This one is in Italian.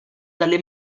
dalle